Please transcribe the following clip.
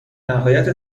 نهایت